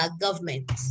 government